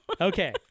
okay